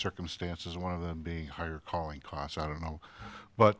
circumstances one of them being a higher calling cost i don't know but